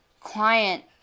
client